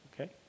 Okay